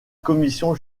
commission